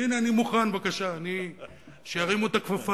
הנה, אני מוכן, בבקשה, שירימו את הכפפה.